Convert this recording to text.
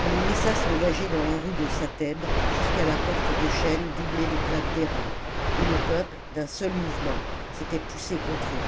on les laissa s'engager dans la rue de satheb jusqu'à la porte de chêne doublée de plaques d'airain et le peuple d'un seul mouvement s'était poussé contre eux